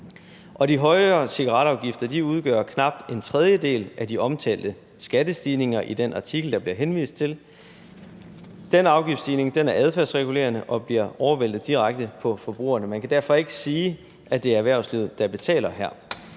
De højere cigaretafgifter udgør knap en tredjedel af de omtalte skattestigninger i den artikel, der bliver henvist til. Den afgiftsstigning er adfærdsregulerende og bliver overvæltet direkte på forbrugerne. Man kan derfor ikke sige, at det er erhvervslivet, der betaler her.